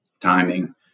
timing